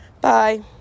Bye